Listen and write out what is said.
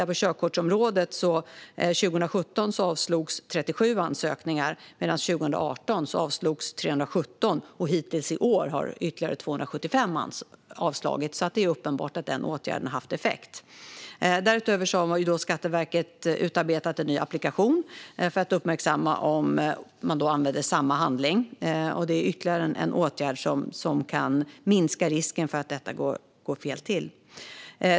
På körkortsområdet avslogs 2017 37 ansökningar; år 2018 avslogs 317. Hittills i år har ytterligare 275 ansökningar avslagits. Det är alltså uppenbart att åtgärden har haft effekt. Ytterligare en åtgärd som kan minska risken för att detta går fel till är att Skatteverket har utarbetat en ny applikation för att uppmärksamma om man använder samma handling.